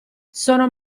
sono